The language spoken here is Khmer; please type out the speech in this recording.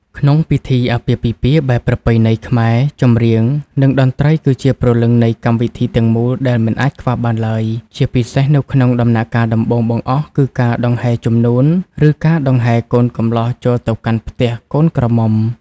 ក្នុងពិធីអាពាហ៍ពិពាហ៍បែបប្រពៃណីខ្មែរ ចម្រៀង និងតន្ត្រីគឺជាព្រលឹងនៃកម្មវិធីទាំងមូលដែលមិនអាចខ្វះបានឡើយ ជាពិសេសនៅក្នុងដំណាក់កាលដំបូងបង្អស់គឺការដង្ហែជំនូន ឬការដង្ហែកូនកំលោះចូលទៅកាន់ផ្ទះកូនក្រមុំ។